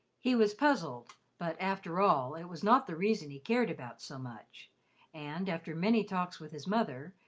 he was puzzled but, after all, it was not the reason he cared about so much and after many talks with his mother,